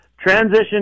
Transition